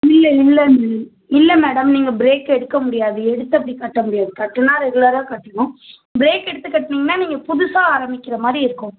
இல்லை இல்லை இது இல்லை மேடம் நீங்கள் ப்ரேக் எடுக்க முடியாது எடுத்து அப்படி கட்ட முடியாது கட்டுனா ரெகுலராக கட்டுணும் ப்ரேக் எடுத்து கட்னீங்கன்னா நீங்கள் புதுசாக ஆரம்பிக்கிற மாதிரி இருக்கும்